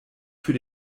für